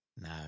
No